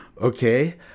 Okay